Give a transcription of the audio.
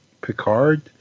Picard